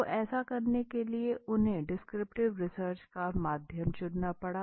तो ऐसा करने के लिए उन्हें डिस्क्रिप्टिव रिसर्च का माध्यम चुनना पड़ा